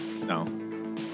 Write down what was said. No